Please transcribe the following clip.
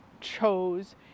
chose